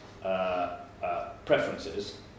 preferences